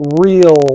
real